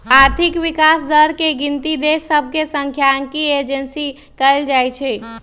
आर्थिक विकास दर के गिनति देश सभके सांख्यिकी एजेंसी द्वारा कएल जाइ छइ